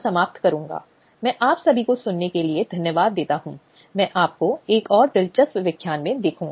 अपनी गोपनीयता के लिए पूछें अंतरिम उपायों के लिए पूछें और मुआवजे सहित प्रक्रिया में आवश्यक राहत और उपाय प्राप्त करें